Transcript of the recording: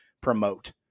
promote